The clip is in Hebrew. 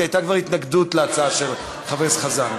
כי הייתה כבר התנגדות להצעה של חבר הכנסת חזן.